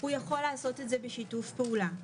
הוא יכול לעשות את זה בשיתוף פעולה.